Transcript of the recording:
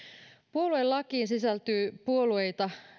puoluelakiin sisältyy puolueita